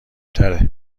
تره